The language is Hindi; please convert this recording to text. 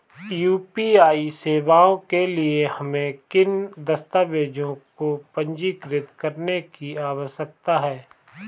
यू.पी.आई सेवाओं के लिए हमें किन दस्तावेज़ों को पंजीकृत करने की आवश्यकता है?